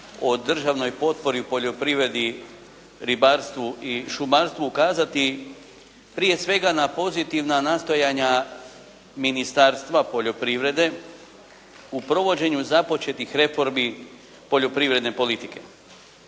o državnoj potpori u poljoprivredi, ribarstvu i šumarstvu ukazati prije svega na pozitivna nastojanja Ministarstva poljoprivrede u provođenju započetih reformi poljoprivredne politike.